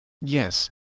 Yes